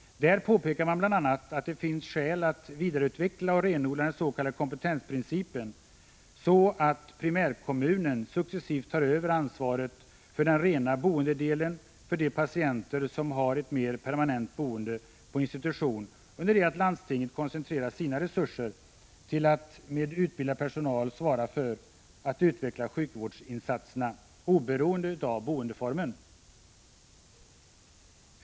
Där påpekar man bl.a. att det finns skäl att vidareutveckla och renodla den s.k. kompetensprincipen, så att primärkommunen successivt tar över ansvaret för den rena boendedelen för de patienter som har ett mer permanent boende på institution under det att landstinget koncentrerar sina resurser till att med utbildad personal svara för att utveckla sjukvårdsinsatserna oberoende av boendeform.